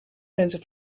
mensen